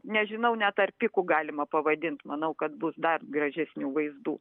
nežinau net ar piku galima pavadint manau kad bus dar gražesnių vaizdų